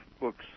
books